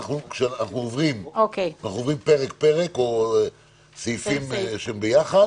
אנחנו עוברים פרק פרק או סעיפים שהם ביחד